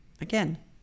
Again